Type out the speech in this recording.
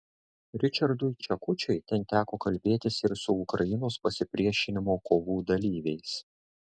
ričardui čekučiui ten teko kalbėtis ir su ukrainos pasipriešinimo kovų dalyviais